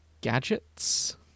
gadgets